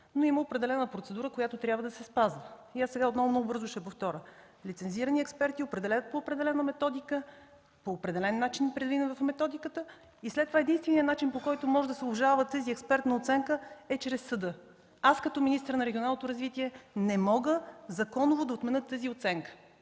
но има определена процедура, която трябва да се спазва. Сега отново много бързо ще повторя, че лицензираните експерти определят по определена методика, по определен начин, предвиден в методиката. След това единственият начин, по който може да се обжалва тази експертна оценка, е чрез съда. Аз като министър на регионалното развитие не мога законово да отменя тази оценка.